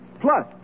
plus